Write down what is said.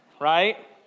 right